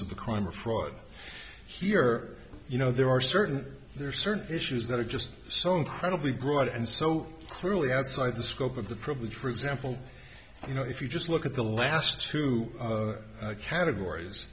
the crime or fraud here you know there are certain there are certain issues that are just so incredibly broad and so clearly outside the scope of the privilege for example you know if you just look at the last two categories